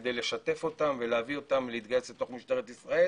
כדי לשתף אותם ולהביא אותם להתגייס למשטרת ישראל